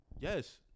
Yes